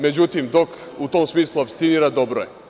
Međutim, dok u tom smislu apstinira, dobro je.